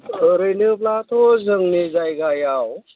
ओरैनोब्लाथ' जोंनि जायगायाव